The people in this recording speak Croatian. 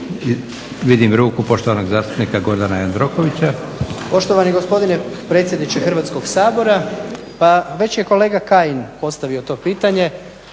Vidim ruku poštovanog zastupnika Gordana Jandrokovića. **Jandroković, Gordan (HDZ)** Poštovani gospodine predsjedniče Hrvatskog sabora. Pa već je kolega Kajin postavio to pitanje